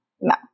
no